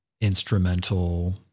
instrumental